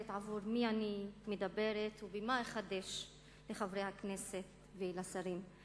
עבור מי אני מדברת ובמה אחדש לחברי הכנסת ולשרים.